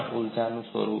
ઊર્જાનું સ્વરૂપ